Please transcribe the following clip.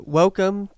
welcome